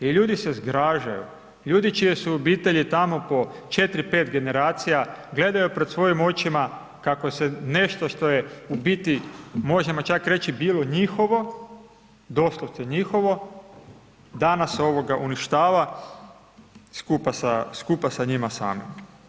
I ljudi se zgražaju, ljudi čije su obitelji tamo po 4, 5 generacija, gledaju pred svojim očima kako se nešto što je u biti možemo čak reći bilo njihovo, doslovce njihovo, danas uništava skupa sa njima samima.